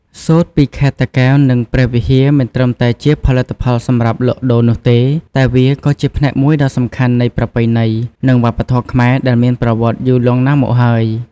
សូត្រពីខេត្តតាកែវ និងព្រះវិហារ មិនត្រឹមតែជាផលិតផលសម្រាប់លក់ដូរនោះទេ តែវាក៏ជាផ្នែកមួយដ៏សំខាន់នៃប្រពៃណី និងវប្បធម៌ខ្មែរដែលមានប្រវត្តិយូរលង់ណាស់មកហើយ។